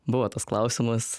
buvo tas klausimas